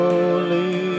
Holy